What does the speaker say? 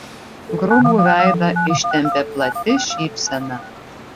grubų veidą ištempė plati šypsena